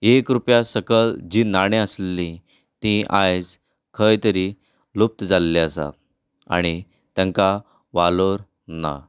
एक रुपया सकयल जीं नाणीं आसलीं तीं आयज खंयतरी लुप्त जाल्लीं आसा आनी तांकां वालोर ना